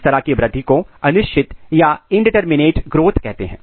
इस तरह की वृद्धि को अनिश्चित या इंडिटरमिनेट ग्रोथ कहते हैं